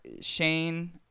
Shane